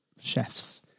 chefs